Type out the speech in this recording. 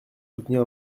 soutenir